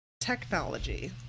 technology